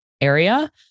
area